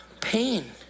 pain